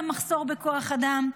עזבו את המחסור בכוח אדם.